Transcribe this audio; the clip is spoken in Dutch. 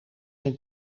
zijn